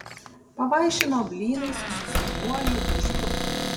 pavaišino blynais su skaniuoju užpildu